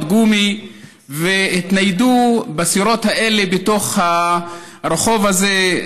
גומי והתניידו בסירות האלה בתוך הרחוב הזה,